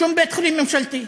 שום בית חולים ממשלתי,